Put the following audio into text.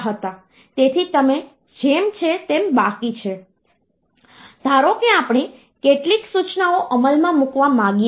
તેથી તમારી પાસે જે નંબર છે તે ફરીથી આ ક્રમમાં છે અને 22D એ હેકઝાડેસિમલ નંબર સિસ્ટમમાંની સંખ્યા છે